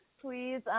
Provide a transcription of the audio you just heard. please